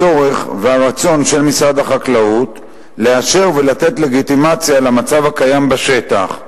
הצורך והרצון של משרד החקלאות לאשר ולתת לגיטימציה למצב הקיים בשטח,